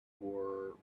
for